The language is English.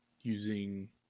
using